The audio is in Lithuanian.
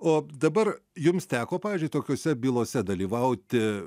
o dabar jums teko pavyzdžiui tokiose bylose dalyvauti